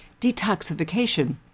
Detoxification